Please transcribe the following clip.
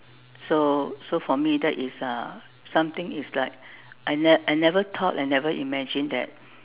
so so for me that is uh something is like I never I never thought I never imagine that